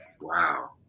Wow